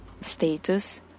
status